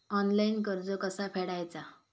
Online कर्ज कसा फेडायचा?